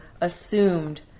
assumed